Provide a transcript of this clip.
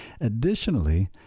Additionally